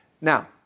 Now